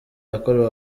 yakorewe